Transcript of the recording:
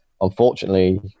unfortunately